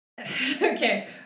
Okay